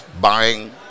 buying